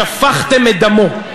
שפכתם את דמו.